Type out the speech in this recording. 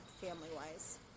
family-wise